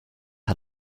how